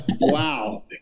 Wow